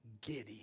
Gideon